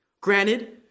Granted